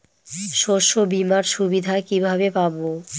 শস্যবিমার সুবিধা কিভাবে পাবো?